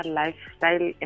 lifestyle